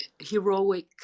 heroic